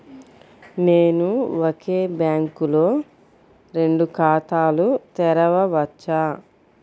నేను ఒకే బ్యాంకులో రెండు ఖాతాలు తెరవవచ్చా?